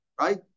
right